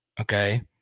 okay